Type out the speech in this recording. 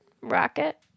Rocket